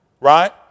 right